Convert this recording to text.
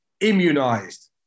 immunized